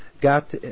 got